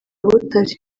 butare